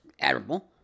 admirable